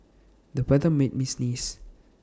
the weather made me sneeze